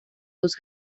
dos